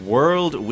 World